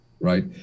right